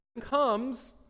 comes